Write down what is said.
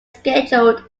scheduled